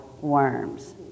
worms